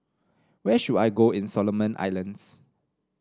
where should I go in Solomon Islands